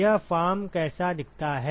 यह फॉर्म कैसा दिखता है